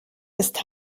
ist